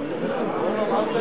היום.